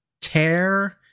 tear